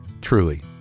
truly